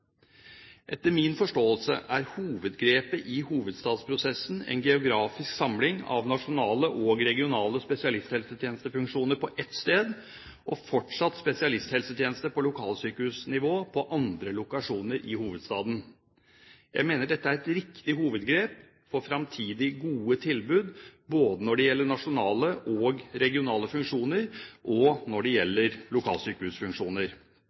Etter min forståelse er hovedgrepet i hovedstadsprosessen en geografisk samling av nasjonale og regionale spesialisthelsetjenestefunksjoner på ett sted og fortsatt spesialisthelsetjeneste på lokalsykehusnivå på andre lokasjoner i hovedstaden. Jeg mener dette er et riktig hovedgrep for framtidig gode tilbud både når det gjelder nasjonale og regionale funksjoner, og når det gjelder lokalsykehusfunksjoner.